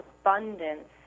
abundance